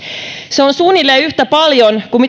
se on suunnilleen yhtä paljon kuin